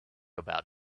about